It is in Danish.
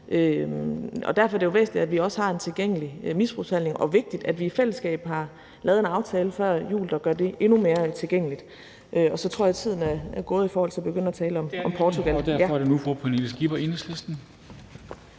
Derfor er det jo væsentligt, at vi også har en tilgængelig misbrugsbehandling, og at vi i fællesskab har lavet en aftale før jul, der gør det endnu mere tilgængeligt. Jeg tror, min tid er gået i forhold til at begynde at tale om Portugal.